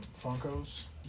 Funko's